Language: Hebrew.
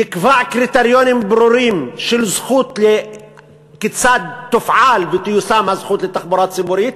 יקבע קריטריונים ברורים כיצד תופעל ותיושם הזכות לתחבורה ציבורית,